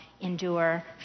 endure